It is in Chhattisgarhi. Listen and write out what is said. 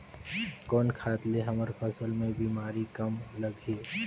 कौन खाद ले हमर फसल मे बीमारी कम लगही?